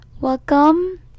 Welcome